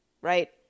right